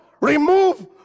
Remove